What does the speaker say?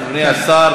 אדוני השר,